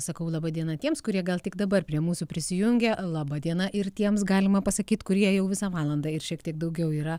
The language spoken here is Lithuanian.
sakau laba diena tiems kurie gal tik dabar prie mūsų prisijungė laba diena ir tiems galima pasakyt kurie jau visą valandą ir šiek tiek daugiau yra